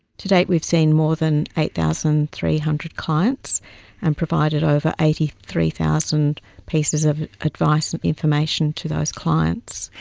to date we've seen more than eight thousand three hundred clients and provided over eighty three thousand pieces of advice and information to those clients.